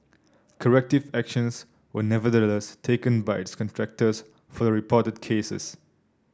corrective actions were nevertheless taken by its contractors for the reported cases